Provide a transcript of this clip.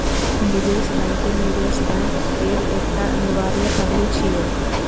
निवेश बैंकिंग निवेश बैंक केर एकटा अनिवार्य पहलू छियै